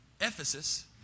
Ephesus